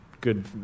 good